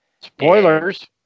Spoilers